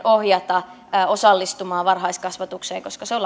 ohjata osallistumaan varhaiskasvatukseen koska se on